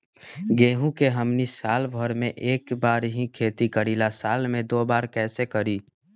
गेंहू के हमनी साल भर मे एक बार ही खेती करीला साल में दो बार कैसे करी?